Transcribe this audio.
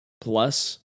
plus